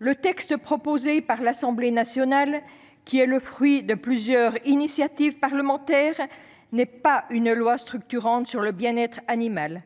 Le texte proposé par l'Assemblée nationale, qui est le fruit de plusieurs initiatives parlementaires, n'est pas une loi structurante sur le bien-être animal.